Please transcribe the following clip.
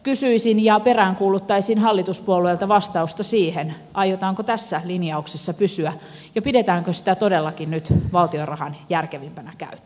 kysyisin ja peräänkuuluttaisin hallituspuolueilta vastausta siihen aiotaanko tässä linjauksessa pysyä ja pidetäänkö sitä todellakin nyt valtion rahan järkevimpänä käyttönä